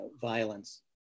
violence